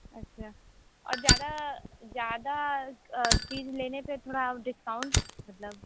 अच्छा और ज़्यादा ज़्यादा चीज़ लेने पर थोड़ा डिस्काउंट मतलब